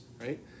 right